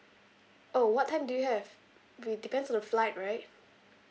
oh what time do you have it depends on the flight right